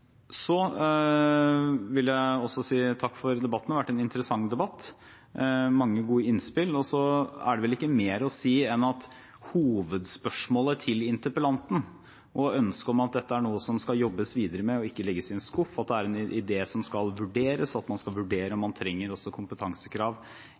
vil også si takk for debatten. Det har vært en interessant debatt med mange gode innspill. Det er vel ikke mer å si enn at hovedspørsmålet til interpellanten og ønsket om at dette er noe som det må jobbes videre med, og ikke legges i en skuff, at det er en idé som skal vurderes, og at man skal vurdere om man trenger kompetansekrav også